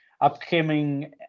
Upcoming